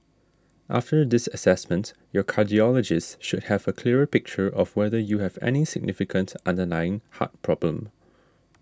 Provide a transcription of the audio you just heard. after this assessment your cardiologist should have a clearer picture of whether you have any significant underlying heart problem